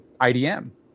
IDM